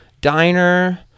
diner